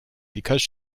because